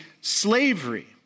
slavery